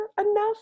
enough